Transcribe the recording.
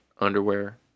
underwear